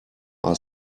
are